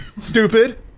stupid